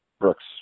Brooks